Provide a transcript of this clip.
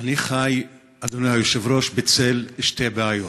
אני חי, אדוני היושב-ראש, בצל שתי בעיות.